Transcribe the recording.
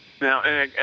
Now